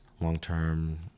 long-term